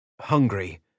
hungry